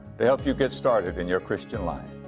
to help you get started in your christians life.